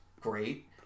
great